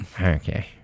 Okay